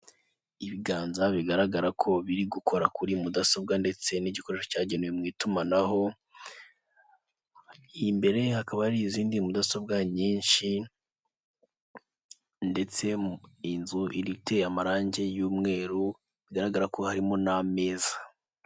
Ibiganza bigaragara ko biri gukora kuri mudasobwa ndetse n'igikoresho cyagenewe mu itumanaho imbere hakaba hari izindi mudasobwa nyinshi ndetse inzu iteye amarangi y'umweru bigaragara ko harimo n'ameza.